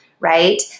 right